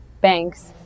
banks